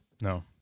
No